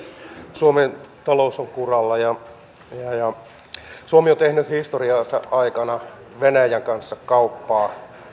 suomen talous on kuralla suomi on tehnyt historiansa aikana venäjän kanssa kauppaa